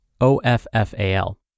O-F-F-A-L